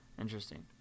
interesting